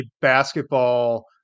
basketball